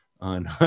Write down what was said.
on